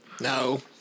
No